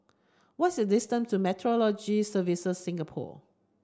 what's the distance to Meteorology Service Singapore